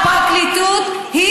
הפרקליטות היא,